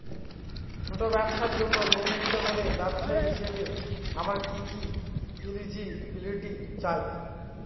ছোট ব্যবসার জন্য লোন নিতে হলে ব্যবসায়ী হিসেবে আমার কি কি এলিজিবিলিটি চাই?